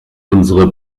unsere